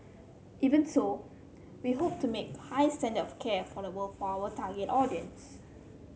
even so we hope to make high standard of care affordable for our target audience